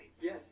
yes